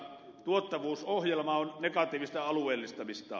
tuottavuusohjelma on negatiivista alueellistamista